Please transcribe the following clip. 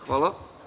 Hvala.